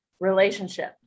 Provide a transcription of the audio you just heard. relationship